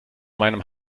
meinem